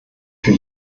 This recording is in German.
für